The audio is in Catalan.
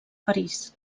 parís